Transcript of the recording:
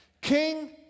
King